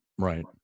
Right